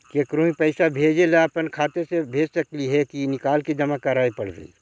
केकरो ही पैसा भेजे ल अपने खाता से ही भेज सकली हे की निकाल के जमा कराए पड़तइ?